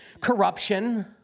Corruption